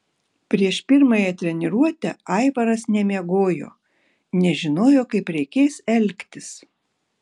prieš pirmąją treniruotę aivaras nemiegojo nežinojo kaip reikės elgtis